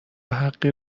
حقی